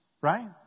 right